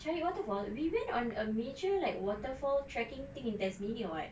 cari waterfall we went on a major like waterfall tracking thing in tasmania [what]